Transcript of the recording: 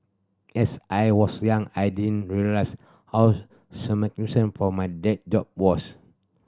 as I was young I didn't realise how for my dad job was